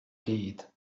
gyd